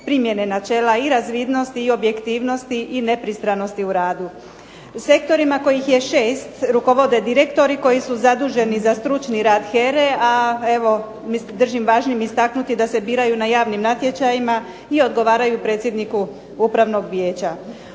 primjene načela i razvidnosti i objektivnosti i nepristranosti u radu. U sektorima kojih je 6 rukovode direktori koji su zaduženi za stručni rad HERA-e, a evo držim važnim istaknuti da se biraju na javnim natječajima i odgovaraju predsjedniku Upravnog vijeća.